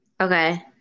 Okay